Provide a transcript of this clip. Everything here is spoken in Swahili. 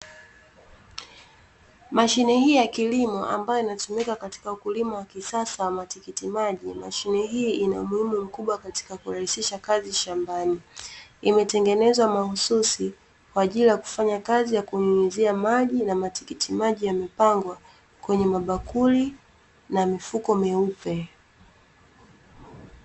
Mashine hii ya kilimo, ambayo inatumika katika kilimo cha kisasa hasa matikiti maji. Mashine hii inatumika kurahisisha kazi shambani. Imetengenezwa mahususi kwa ajili ya kufanya kazi ya kunyunyuzia maji, na matikiti maji yamepangwa kwenye mabakuli na mifuko meupe.